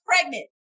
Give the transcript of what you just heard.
pregnant